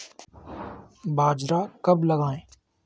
बाजरा कब लगाएँ?